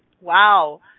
wow